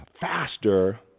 faster